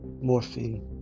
morphine